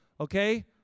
Okay